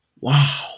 Wow